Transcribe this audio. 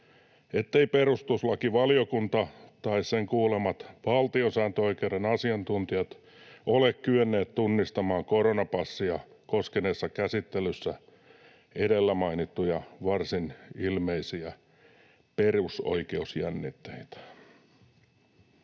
etteivät perustuslakivaliokunta tai sen kuulemat valtiosääntöoikeuden asiantuntijat ole kyenneet tunnistamaan koronapassia koskeneessa käsittelyssä edellä mainittuja, varsin ilmeisiä perusoikeusjännitteitä.”